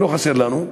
לא חסר לנו,